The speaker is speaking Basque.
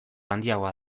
handiagoa